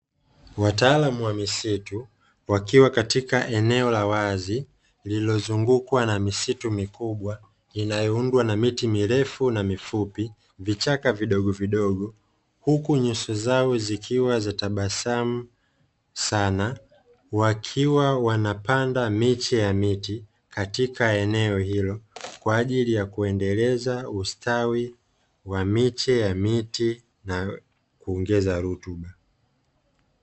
Wataalam wa misitu wakiwa katika eneo la wazi lililozungukwa na misitu mikubwa inayoundwa na miti mirefu na mifupi, vichaka vidogo vidogo, huku nyuso zao zikiwa zatabasamu sana wakiwa wanapanda miche ya miti katika eneo hilo, kwa ajili ya kuendeleza ustawi wa miche ya miti na kuongeza rutuba.